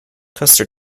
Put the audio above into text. custer